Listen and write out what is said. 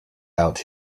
out